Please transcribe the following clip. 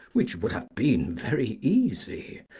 which would have been very easy,